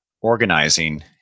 organizing